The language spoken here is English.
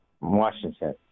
Washington